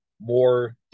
more